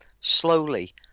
slowly